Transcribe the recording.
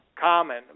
common